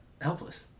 helpless